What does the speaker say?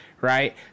Right